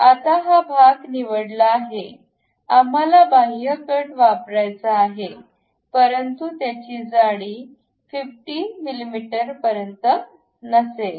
आता हा भाग निवडला आहे आम्हाला बाह्य कट काढायचा आहे परंतु त्याची जाडी 50 पर्यंत नसेल